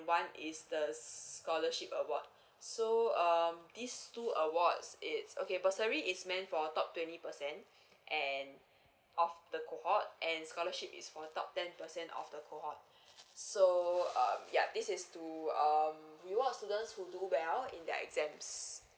one is the scholarship award so um these two awards it's okay bursary is meant for top twenty percent and of the cohort and scholarship is for top ten percent of the cohort so um yup this is to um reward students who do well in their exams